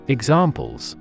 Examples